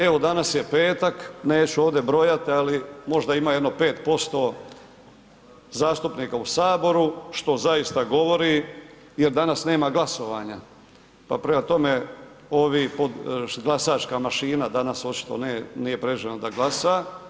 Evo, danas je petak, neću ovdje brojati, ali možda ima jedno 5% zastupnika u Saboru, što zaista govori jer danas nema glasovanja pa prema tome, ovi, glasačka mašina danas očito nije predviđeno da glasa.